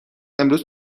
امروز